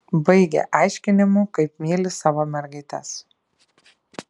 baigia aiškinimu kaip myli savo mergaites